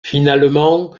finalement